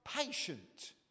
Patient